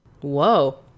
whoa